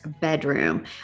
bedroom